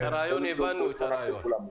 הבנו את הרעיון.